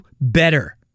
better